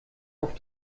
auf